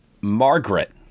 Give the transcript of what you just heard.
Margaret